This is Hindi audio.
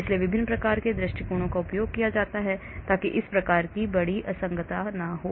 इसलिए विभिन्न प्रकार के दृष्टिकोणों का उपयोग किया जाता है ताकि इस प्रकार की बड़ी असंगतता न हो